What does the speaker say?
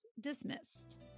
dismissed